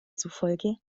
zufolge